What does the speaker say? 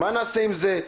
מה נעשה עם זה?